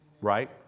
Right